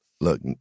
look